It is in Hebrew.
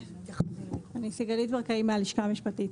אני סיגלית ברקאי מהלשכה המשפטית.